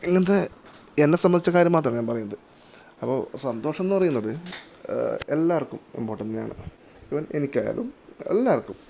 ഇങ്ങനത്തെ എന്നെ സംബന്ധിച്ച കാര്യം മാത്രമല്ല ഞാൻ പറയുന്നത് അപ്പോൾ സന്തോഷംന്ന് പറയുന്നത് എല്ലാവർക്കും ഇമ്പോർട്ടൻറ്റാണ് ഈവൻ എനിക്കായാലും എല്ലാവർക്കും